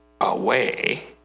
away